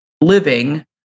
living